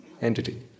entity